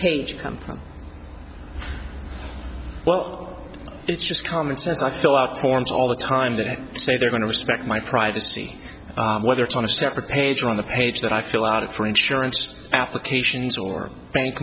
company well it's just common sense i fill out forms all the time that say they're going to respect my privacy whether it's on a separate page on the page that i fill out for insurance applications or b